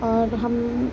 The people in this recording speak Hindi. और हम